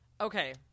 Okay